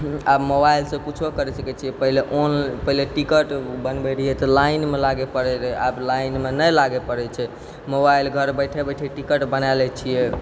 आब मोबाइलसँ किछु करि सकै छिए पहिले पहिले टिकट बनबै रहिए तऽ लाइनमे लागै पड़ै रहै आब लाइनमे नहि लागै पड़ै छै मोबाइल घर बैठे बैठे टिकट बनै लै छिए